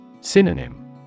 Synonym